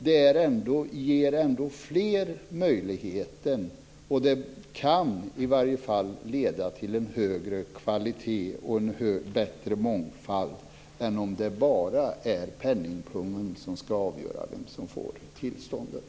Det ger ändå fler möjligheten, och det kan i varje fall leda till den högre kvalitet och en bättre mångfald än om det enbart är penningpungen som ska avgöra vem som får tillståndet.